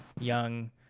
young